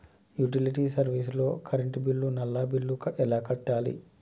Utility service లో current bill, నల్లా bill ఎలా కట్టాలి?